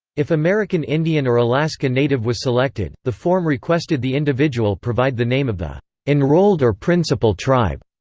if american indian or alaska native was selected, the form requested the individual provide the name of the enrolled or principal tribe.